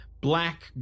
black